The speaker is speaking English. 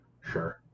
Sure